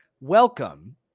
Welcome